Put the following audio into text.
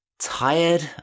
tired